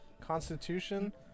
Constitution